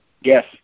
Yes